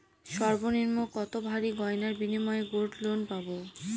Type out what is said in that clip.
সর্বনিম্ন কত ভরি গয়নার বিনিময়ে গোল্ড লোন পাব?